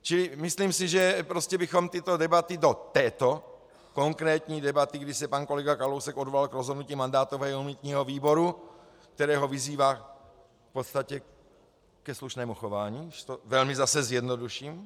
Čili myslím si, že prostě bychom tyto debaty do této konkrétní debaty, kdy se pan kolega Kalousek odvolal k rozhodnutí mandátového a imunitního výboru, které ho vyzývá v podstatě ke slušnému chování, když to velmi zase zjednoduším.